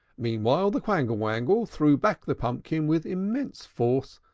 meanwhile the quangle-wangle threw back the pumpkin with immense force,